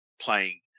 playing